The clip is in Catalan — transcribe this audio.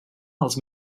els